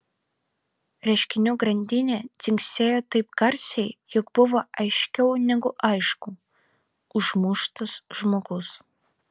reiškinių grandinė dzingsėjo taip garsiai jog buvo aiškiau negu aišku užmuštas žmogus